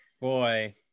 Boy